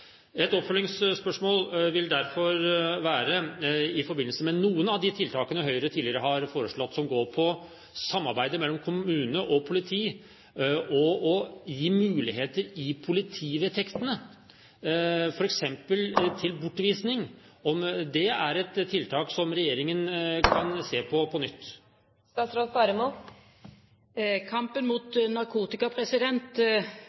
I forbindelse med noen av de tiltakene Høyre tidligere har foreslått, som går på samarbeidet mellom kommune og politi, vil et oppfølgingsspørsmål derfor være: Er det å gi muligheter i politivedtektene, f.eks. til bortvisning, et tiltak som regjeringen kan se på på nytt?